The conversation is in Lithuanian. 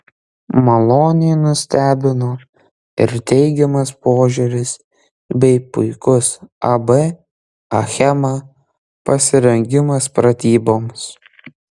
maloniai nustebino ir teigiamas požiūris bei puikus ab achema pasirengimas pratyboms